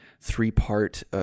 three-part